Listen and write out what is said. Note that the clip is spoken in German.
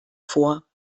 vor